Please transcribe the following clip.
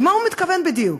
למה הוא מתכוון בדיוק?